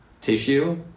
tissue